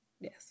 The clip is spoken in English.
yes